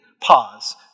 Pause